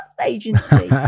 agency